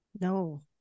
no